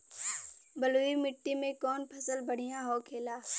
बलुई मिट्टी में कौन फसल बढ़ियां होखे ला?